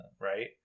right